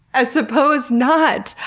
i suppose not!